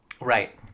Right